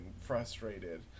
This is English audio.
frustrated